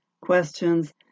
questions